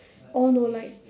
all no light